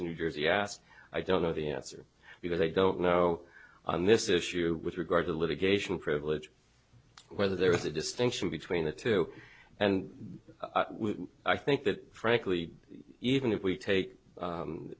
in new jersey asked i don't know the answer because i don't know on this issue with regard to litigation privilege whether there is a distinction between the two and i think that frankly even if we take